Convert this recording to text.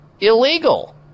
illegal